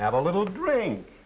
have a little drink